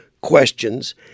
questions